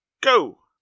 go